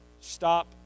stop